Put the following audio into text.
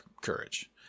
courage